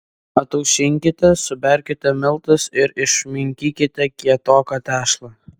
ataušinkite suberkite miltus ir išminkykite kietoką tešlą